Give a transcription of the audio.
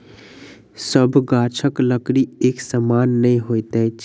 सभ गाछक लकड़ी एक समान नै होइत अछि